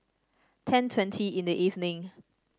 ten twenty in the evening